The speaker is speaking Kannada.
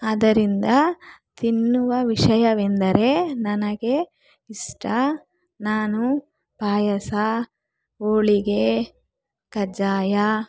ಆದ್ದರಿಂದ ತಿನ್ನುವ ವಿಷಯವೆಂದರೆ ನನಗೆ ಇಷ್ಟ ನಾನು ಪಾಯಸ ಹೋಳಿಗೆ ಕಜ್ಜಾಯ